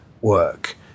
work